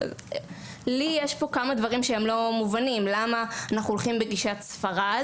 הייתי רוצה לדעת למה אנחנו הולכים פה בגישת ספרד,